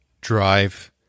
drive